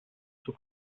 zur